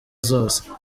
zose